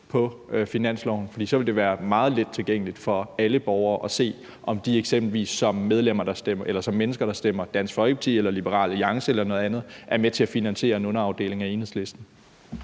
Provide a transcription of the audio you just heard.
på finansloven. For så vil det være meget let tilgængeligt for alle borgere at se, om de eksempelvis som mennesker, der stemmer på Dansk Folkeparti, Liberal Alliance eller noget andet, er med til at finansiere en underafdeling